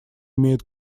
имеют